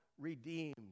redeemed